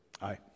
aye